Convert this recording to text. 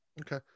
Okay